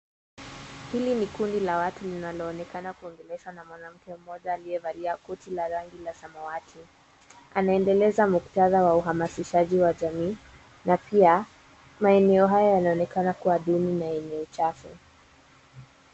Hili ni kundi la watu, linaloonekana kuongeleshwa na mwanamke mmoja aliyevalia koti la rangi la samawati. Anaendeleza muktadha wa uhamasishaji wa jamii na pia maeneo haya yanaonekana kuwa duni na yenye uchafu.